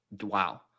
Wow